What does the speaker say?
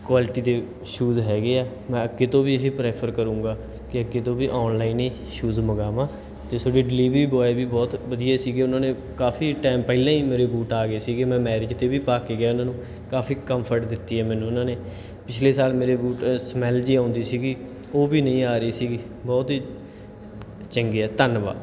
quality ਦੇ shoes ਹੈਗੇ ਆ ਮੈਂ ਅੱਗੇ ਤੋਂ ਵੀ ਇਹ ਪ੍ਰੈਫਰ ਕਰੂੰਗਾ ਕਿ ਅੱਗੇ ਤੋਂ ਵੀ ਔਨਲਾਈਨ ਹੀ ਸ਼ੂਜ ਮੰਗਾਵਾਵਾਂ ਅਤੇ ਤੁਹਾਡੀ ਡਿਲੀਵਰੀ ਬੁਆਏ ਵੀ ਬਹੁਤ ਵਧੀਆ ਸੀਗੇ ਉਹਨਾਂ ਨੇ ਕਾਫ਼ੀ ਟਾਈਮ ਪਹਿਲਾਂ ਹੀ ਮੇਰੇ ਬੂਟ ਆ ਗਏ ਸੀਗੇ ਮੈਂ ਮੈਰਿਜ 'ਤੇ ਵੀ ਪਾ ਕੇ ਗਿਆ ਉਹਨਾਂ ਨੂੰ ਕਾਫ਼ੀ ਕੰਫਰਟ ਦਿੱਤੀ ਮੈਨੂੰ ਉਹਨਾਂ ਨੇ ਪਿਛਲੇ ਸਾਲ ਮੇਰੇ ਬੂਟ ਸਮੈਲ ਜਿਹੀ ਆਉਂਦੀ ਸੀਗੀ ਉਹ ਵੀ ਨਹੀਂ ਆ ਰਹੀ ਸੀਗੀ ਬਹੁਤ ਹੀ ਚੰਗੇ ਆ ਧੰਨਵਾਦ